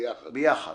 ביחד.